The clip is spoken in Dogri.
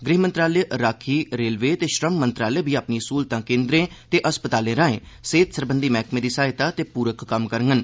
गृह मंत्रालय राक्खी रेलवे ते श्रममंत्रालय बी अपनी स्हूलता केन्द्रें ते अस्पतालें राहें सेहतू सरबंघी मैह्कमें दी सहायता ते पूरक कम्म करङन